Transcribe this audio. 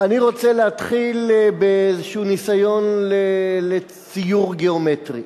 אני רוצה להתחיל באיזה ניסיון לציור גיאומטרי.